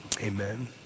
Amen